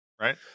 Right